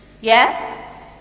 Yes